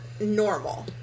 normal